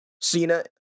Cena